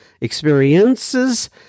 experiences